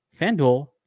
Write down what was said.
FanDuel